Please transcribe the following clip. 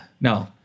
No